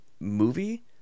movie